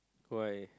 why